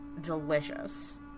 Delicious